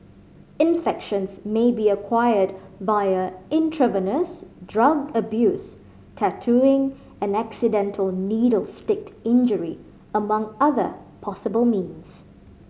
infections may be acquired via intravenous drug abuse tattooing and accidental needle stick injury among other possible means